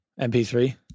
MP3